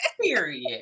period